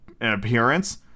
appearance